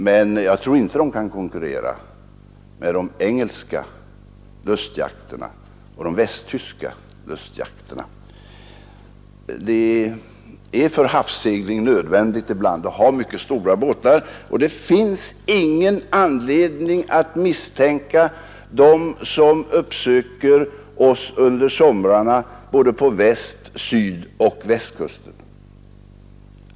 Jag tror dock inte att de kan konkurrera med de engelska lustjakterna och de västtyska lustjakterna. Det är för havssegling ibland nödvändigt att ha mycket stora båtar, och det finns ingen anledning att misstänka dem som uppsöker oss under somrarna på Väst-, sydeller ostkusten.